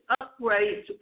upgrade